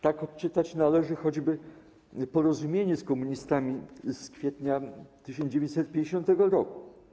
Tak odczytać należy choćby porozumienie z komunistami z kwietnia 1950 r.